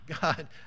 God